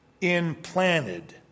implanted